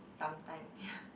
sometimes